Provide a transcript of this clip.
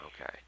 Okay